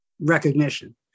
recognition